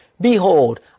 Behold